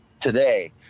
today